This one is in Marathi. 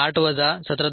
8 वजा 17